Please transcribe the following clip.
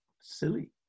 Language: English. silly